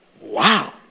Wow